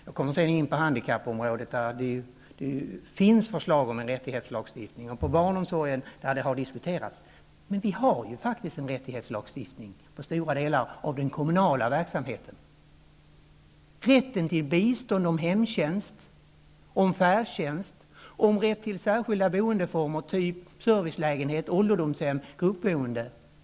Jag kommer sedan in på handikappområdet, där det finns förslag om en rättighetslagstiftning, och en sådan har också diskuterats på barnomsorgsområdet. Det finns redan en rättighetslagstiftning för stora delar av den kommunala verksamheten, nämligen rätten till bistånd om hemtjänst, om färdtjänst, till särskilda boendeformer, typ servicelägenhet, ålderdomshem eller gruppboende.